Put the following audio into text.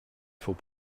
faut